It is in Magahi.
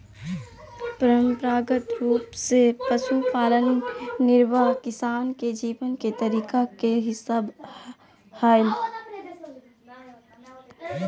परंपरागत रूप से पशुपालन निर्वाह किसान के जीवन के तरीका के हिस्सा हलय